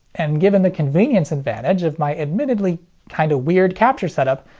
and given the convenience advantage of my admittedly kinda weird capture setup,